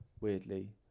Weirdly